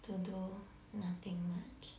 to do nothing much